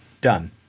Done